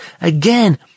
Again